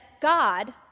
God